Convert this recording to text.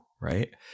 right